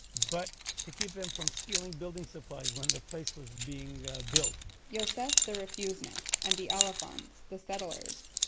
but to keep them from stealing building supplies when the place was being ah built yosef the refusenik and the elefants, the settlers,